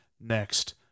next